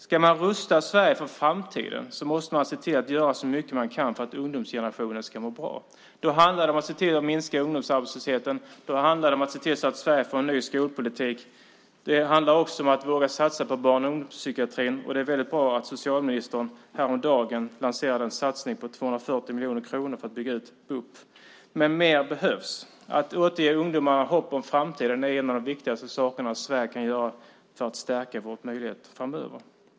Ska man rusta Sverige för framtiden måste man se till att göra så mycket man kan för att ungdomsgenerationen ska må bra. Då handlar det om att se till att minska ungdomsarbetslösheten och om att se till att Sverige får en ny skolpolitik. Det handlar också om att våga satsa på barn och ungdomspsykiatrin, och det var mycket bra att socialministern häromdagen lanserade en satsning på 240 miljoner kronor för att bygga ut BUP. Men mer behövs. Att återge ungdomarna hopp om framtiden är en av de viktigaste sakerna som Sverige kan göra för att stärka våra möjligheter framöver.